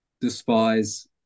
despise